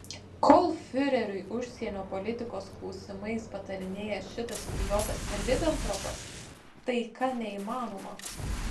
kol fiureriui užsienio politikos klausimais patarinėja šitas idiotas ribentropas taika neįmanoma